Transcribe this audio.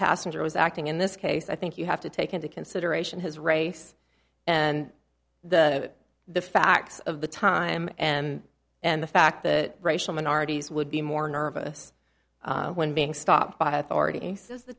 passenger was acting in this case i think you have to take into consideration his race and the the facts of the time and and the fact that racial minorities would be more nervous when being stopped by authority is the